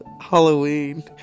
Halloween